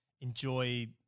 enjoy